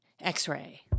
x-ray